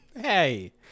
Hey